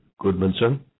Goodmanson